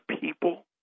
people